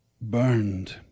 burned